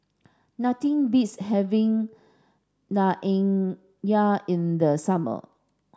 nothing beats having Naengmyeon in the summer